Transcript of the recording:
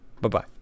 Bye-bye